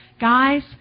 Guys